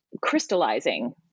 crystallizing